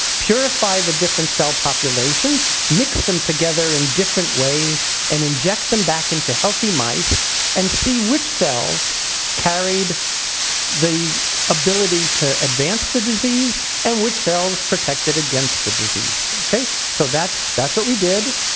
purify the different cell populations, mix them together in different ways and inject them back into healthy mice and see which cells carried the ability to advance the disease and which cells protected against the disease. so that's that's what we did.